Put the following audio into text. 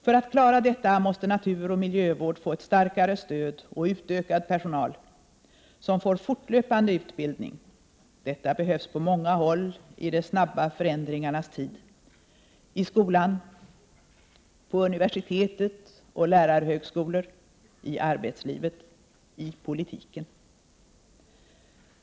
För att klara detta måste naturoch miljövård få ett starkare stöd och utökad personal, som får fortlöpande utbildning. Detta behövs på många hålli de snabba förändringarnas tid —i skolan, på universitet och lärarhögskolor, i arbetslivet, i politiken.